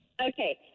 Okay